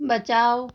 बचाओ